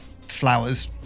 flowers